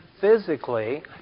physically